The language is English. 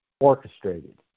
Orchestrated